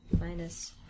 minus